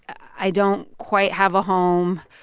i don't quite have a home.